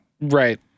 right